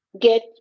get